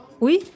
Oui